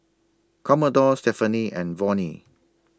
Commodore Stephaine and Vonnie